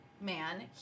Man